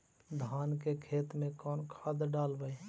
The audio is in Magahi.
धान के खेत में कौन खाद डालबै?